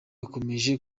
akomeje